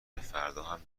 فرداهم